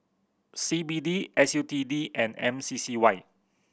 C B D S U T D and M C C Y